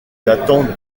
datant